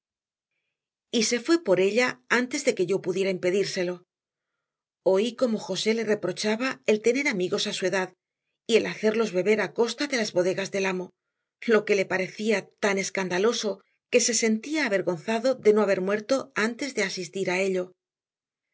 se fue por ella antes de que yo pudiera impedírselo oí como josé le reprochaba el tener amigos a su edad y el hacerlos beber a costa de las bodegas del amo lo que le parecía tan escandaloso que se sentía avergonzado de no haber muerto antes de asistir a ello